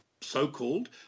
so-called